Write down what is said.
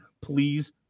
please